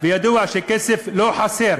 וידוע שכסף לא חסר